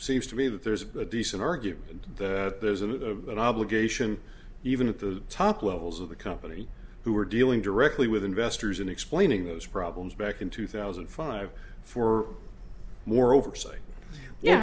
seems to me that there's a decent argument that there's a an obligation even at the top levels of the company who are dealing directly with investors and explaining those problems back in two thousand and five for more oversight